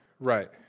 Right